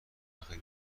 اخیر